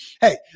hey